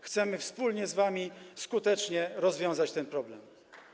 Chcemy wspólnie z wami skutecznie rozwiązać ten problem.